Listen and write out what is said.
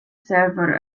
server